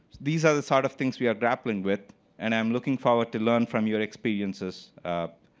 these are the sort of things we are grappling with and i'm looking forward to learn from your experiences.